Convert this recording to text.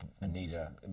Anita